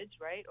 right